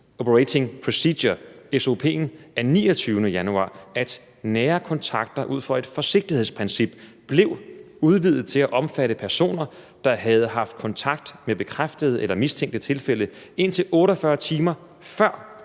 operating procedure, SOP, af 29. januar, at nære kontakter ud fra et forsigtighedsprincip blev udvidet til at omfatte personer, der havde haft kontakt med bekræftede eller mistænkte tilfælde indtil 48 timer før